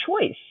choice